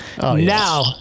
Now